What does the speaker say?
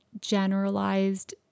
generalized